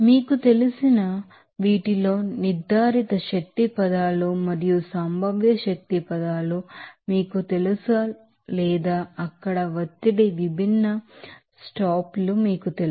మీకు తెలిసిన ఈ తెలుసు వీటిలో కైనెటిక్ ఎనెర్జిపదాలు మరియు పొటెన్షియల్ ఎనెర్జి పదాలు మీకు తెలుసు లేదా అక్కడ ఒత్తిడి విభిన్న స్టాప్ లు మీకు తెలుసు